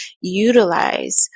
utilize